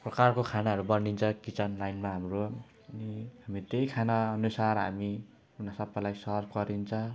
प्रकारको खानाहरू बनिन्छ किचन लाइनमा हाम्रो अनि हामी त्यही खानाअनुसार हामी उनी सबैलाई सर्भ गरिन्छ